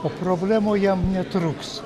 o problemų jam netrūks